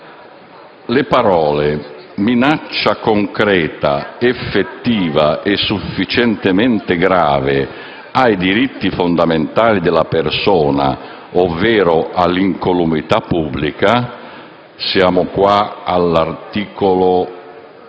le parole: «minaccia concreta, effettiva e sufficientemente grave ai diritti fondamentali della persona ovvero all'incolumità pubblica» (articolo 20